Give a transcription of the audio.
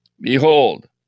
Behold